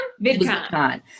VidCon